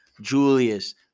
Julius